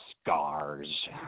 scars